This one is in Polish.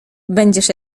będziesz